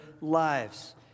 lives